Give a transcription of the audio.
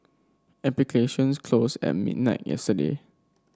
applications closed at midnight yesterday